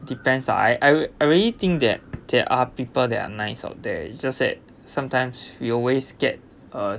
depends ah I really think that there are people that are nice out there it's just said sometimes we always get uh